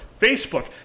Facebook